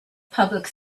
public